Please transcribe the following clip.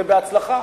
ובהצלחה.